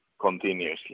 continuously